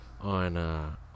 on –